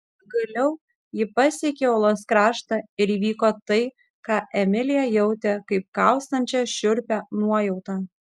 pagaliau ji pasiekė uolos kraštą ir įvyko tai ką emilija jautė kaip kaustančią šiurpią nuojautą